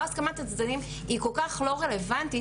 הסכמת הצדדים היא כל כך לא רלוונטית,